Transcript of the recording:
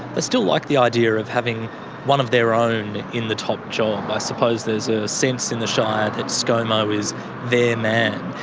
but still like the idea of having one of their own in the top job. i suppose there's a sense in the shire that scomo is their man.